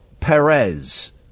Perez